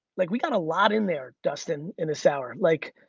like we got a lot in there, dustin in this hour. like